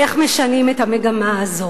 איך משנים את המגמה הזו.